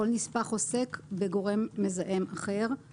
כל נספח עוסק בגורם מזהם אחר.